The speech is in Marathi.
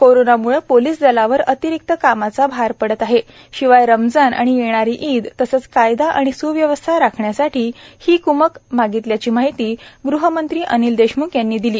कोरोनामुळं पोलीस दलावर अतिरिक्त कामाचा भार पडत आहे शिवाय रमजान आणि येणारी ईद तसंच कायदा आणि सव्यवस्था राखण्यासाठी ही कमक मागितल्याची माहिती गहमंत्री अनिल देशमुख यांनी दिली